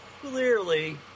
clearly